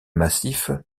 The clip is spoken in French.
massif